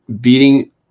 beating